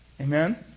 Amen